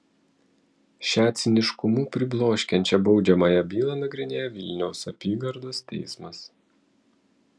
šią ciniškumu pribloškiančią baudžiamąją bylą nagrinėja vilniaus apygardos teismas